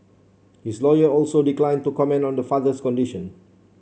his lawyer also declined to comment the father's condition